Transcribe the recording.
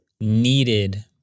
needed